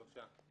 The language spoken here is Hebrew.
שלושה.